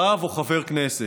רב או חבר כנסת.